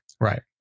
Right